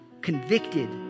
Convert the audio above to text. convicted